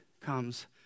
comes